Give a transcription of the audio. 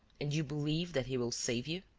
and you believe that he will save you?